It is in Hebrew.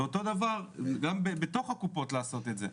ואותו דבר גם בתוך הקופות לעשות את זה.